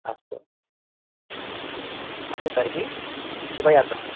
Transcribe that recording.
अस्तु अस्तु तर्हि शुभयात्रा